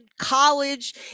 college